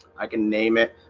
i can name it